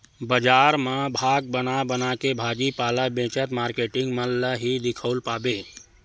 बजार म भाग बना बनाके भाजी पाला बेचत मारकेटिंग मन ल ही दिखउल पाबे